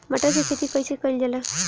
मटर के खेती कइसे कइल जाला?